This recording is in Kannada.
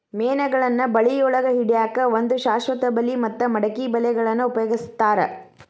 ಮೇನಗಳನ್ನ ಬಳಿಯೊಳಗ ಹಿಡ್ಯಾಕ್ ಒಂದು ಶಾಶ್ವತ ಬಲಿ ಮತ್ತ ಮಡಕಿ ಬಲಿಗಳನ್ನ ಉಪಯೋಗಸ್ತಾರ